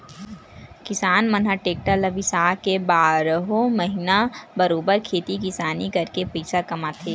किसान मन ह टेक्टर ल बिसाके बारहो महिना बरोबर खेती किसानी करके पइसा कमाथे